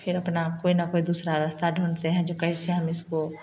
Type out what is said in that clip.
फिर अपना कोई ना कोई दूसरा रास्ता ढूँढते हैं जो कैसे हम इसको